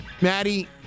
Maddie